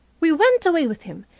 we went away with him,